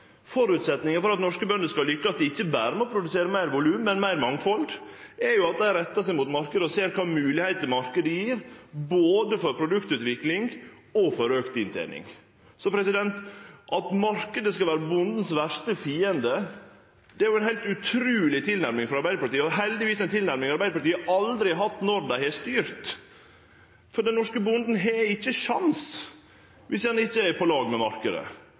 for at norske bønder skal lykkast, ikkje berre med å produsere større volum, men med meir mangfald, er jo at dei rettar seg mot marknaden og ser kva moglegheiter marknaden gjev både for produktutvikling og for auka inntening. At marknaden skal vere bonden sin verste fiende, er ei heilt utruleg tilnærming frå Arbeidarpartiet – og heldigvis ei tilnærming Arbeidarpartiet aldri har hatt når dei har styrt. Den norske bonden har ikkje ein sjanse om han ikkje er på lag med